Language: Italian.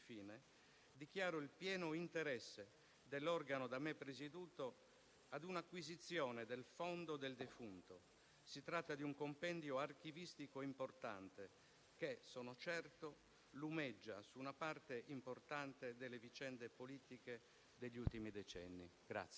feci la relazione, tremavo dall'emozione, perché Mauro mi ascoltava, per cui ero sicura che, se avessi detto qualcosa di sbagliato, come sempre sarebbe esploso con il suo carattere vulcanico. Come ho detto, è stato mio maestro, è stato maestro della giustizia giusta